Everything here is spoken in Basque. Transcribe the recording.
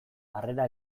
harrera